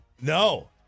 No